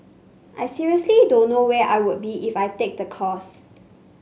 I seriously don't know where I would be if I take the course